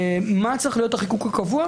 מה צריך להיות החיקוק הקבוע?